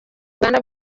uganda